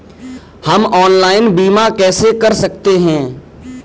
हम ऑनलाइन बीमा कैसे कर सकते हैं?